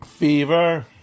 Fever